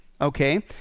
okay